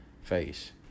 face